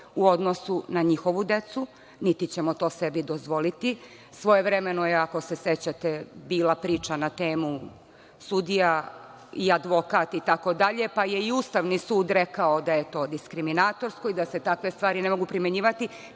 u odnosu na njihovu decu, niti ćemo to sebi dozvoliti. Svojevremeno je, ako se sećate, bila priča na temu – sudija, advokat, itd, pa je i Ustavni sud rekao da je to diskriminatorsko i da se takve stvari ne mogu primenjivati,